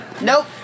Nope